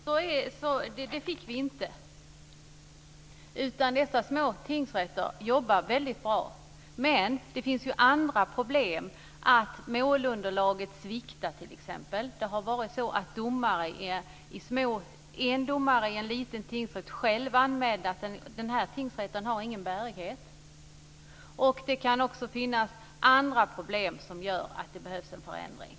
Herr talman! Nej, det fick vi inte. Dessa små tingsrätter jobbar väldigt bra. Men det finns andra problem, t.ex. att målunderlaget sviktar. En domare i en liten tingsrätt anmälde själv att tingsrätten inte hade någon bärighet. Det kan också finnas andra problem som gör att det behövs en förändring.